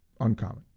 uncommon